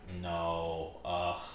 no